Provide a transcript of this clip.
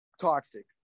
toxic